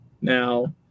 now